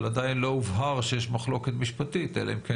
אבל עדיין לא הובהר שיש מחלוקת משפטית אלא אם כן